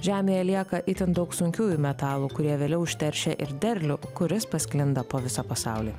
žemėje lieka itin daug sunkiųjų metalų kurie vėliau užteršia ir derlių kuris pasklinda po visą pasaulį